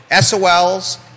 SOLs